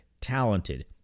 talented